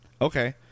okay